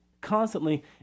constantly